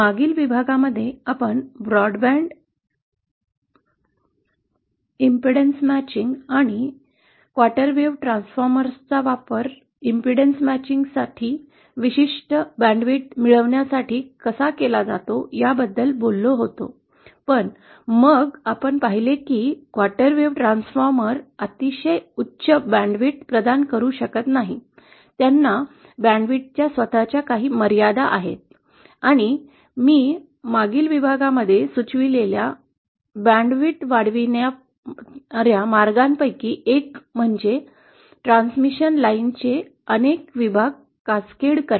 मागील विभागामध्ये आपण ब्रॉडबँड अडथळा जुळवणी आणि चतुर्थांश लहरी ट्रान्सफॉर्मर्सचा वापर अडथळा जुळवण्याच्या विशिष्ट बँडविड्थ मिळवण्यासाठी कसा केला जातो याबद्दल बोललो होतो पण मग आपण पाहिले की चतुर्थांश लहरी ट्रान्स्फॉर्मर अतिशय उच्च बँडविड्थ प्रदान करू शकत नाहीत त्यांना बँडविड्थच्या स्वतच्या मर्यादा आहेत आणि मी मागील विभागामध्ये सुचवलेल्या बँडविड्थ वाढविन्याच्या मार्गांपैकी एक म्हणजे म्हणजे ट्रांसमिशन लाईनचे अनेक विभाग कॅसकेड करणे